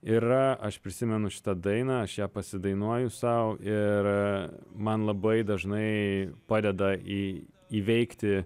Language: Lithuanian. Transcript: yra aš prisimenu šitą dainą aš ją pasidainuoju sau ir man labai dažnai padeda į įveikti